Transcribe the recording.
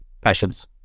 passions